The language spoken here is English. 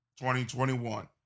2021